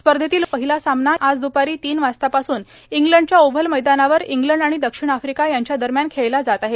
स्पर्धेतील उदघाटनीय सामना आज दुपारी तीन वाजतापासून इंग्लंडच्या ओवल मैदानावर इंग्लंड आणि दक्षिण आफ्रिका यांच्या दरम्यान खेळला जात आहे